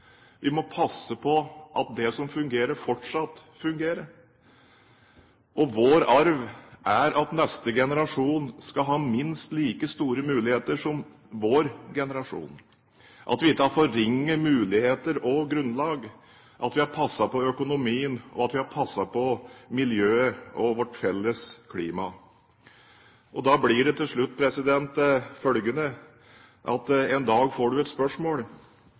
Vi må passe på at det som fungerer, fortsatt fungerer. Vår arv er at neste generasjon skal ha minst like store muligheter som vår generasjon, at vi ikke har forringet muligheter og grunnlag, at vi har passet på økonomien, og at vi har passet på miljøet og vårt felles klima. Til slutt følgende: En dag får en et spørsmål: